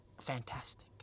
Fantastic